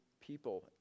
people